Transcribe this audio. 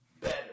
better